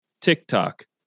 TikTok